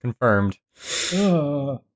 confirmed